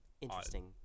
Interesting